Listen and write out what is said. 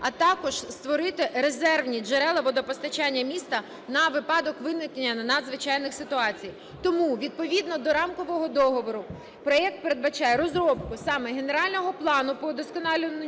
а також створити резервні джерела водопостачання міста на випадок виникнення надзвичайних ситуацій. Тому відповідно до Рамкового договору проект передбачає розробку саме генерального плану по вдосконаленню